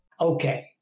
Okay